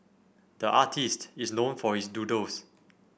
the artist is known for his doodles